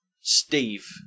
Steve